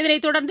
இதனைத்தொடர்ந்து